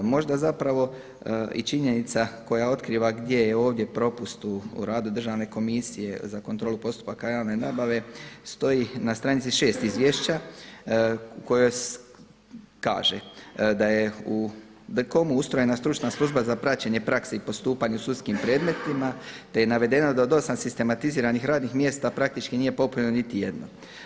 Možda zapravo i činjenica koja otkriva i gdje je ovdje propust u radu Državne komisije za kontrolu postupaka javne nabave stoji na stranici 6 Izvješća u kojoj se kaže da je u DKOM-u ustrojena stručna služba za praćenje prakse i postupanja u sudskim predmetima, te je navedeno da od 8 sistematiziranih radnih mjesta praktički nije popunjeno niti jedno.